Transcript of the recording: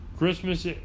Christmas